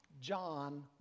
John